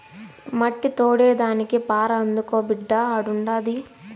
మట్టి తోడేదానికి పార అందుకో బిడ్డా ఆడుండాది